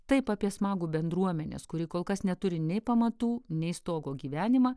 taip apie smagų bendruomenės kuri kol kas neturi nei pamatų nei stogo gyvenimą